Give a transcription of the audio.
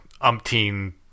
umpteen